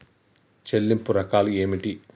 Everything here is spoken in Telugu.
చెల్లింపు రకాలు ఏమిటి?